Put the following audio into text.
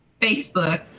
Facebook